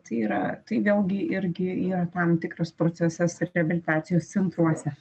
tai yra tai vėlgi irgi yra tam tikras procesas ir reabilitacijos centruose